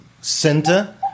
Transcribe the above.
center